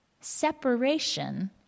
Separation